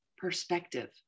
Perspective